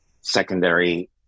secondary